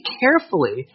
carefully